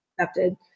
accepted